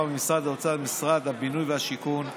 ממשרד האוצר למשרד הבינוי והשיכון,